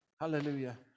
Hallelujah